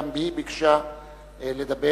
גם היא ביקשה לדבר,